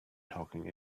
talking